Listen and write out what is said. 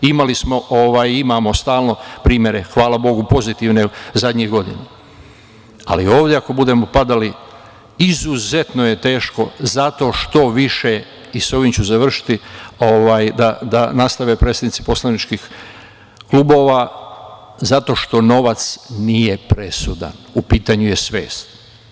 Imamo stalno primere, hvala Bogu, pozitivne zadnjih godina, ali ovde ako budemo padali, izuzetno je teško zato što više, i sa ovim ću završiti, da nastave predsednici poslaničkih klubova, zato što novac nije presudan, u pitanju je svest.